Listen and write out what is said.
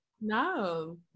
No